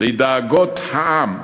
לדאגות העם,